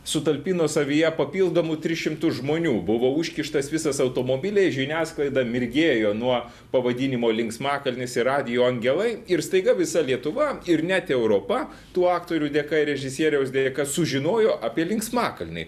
sutalpino savyje papildomų tris žimtus žmonių buvo užkištas visas automobiliais žiniasklaida mirgėjo nuo pavadinimo linksmakalnis ir radijo angelai ir staiga visa lietuva ir net europa tų aktorių dėka ir režisieriaus dėka sužinojo apie linksmakalnį